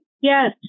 Yes